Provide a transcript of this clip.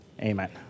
amen